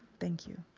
thank you.